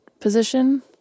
Position